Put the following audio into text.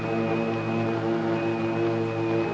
and